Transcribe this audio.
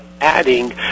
adding